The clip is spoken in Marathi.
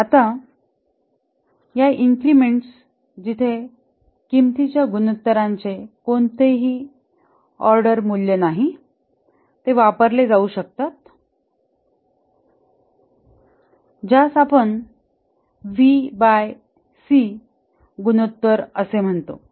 आता या इन्क्रिमेंटस जिथे किंमतीच्या गुणोत्तरांचे कोणतेही ऑर्डर मूल्य नाही ते वापरले जाऊ शकतात ज्यास आपण व्ही बाई सी VC गुणोत्तर म्हणतो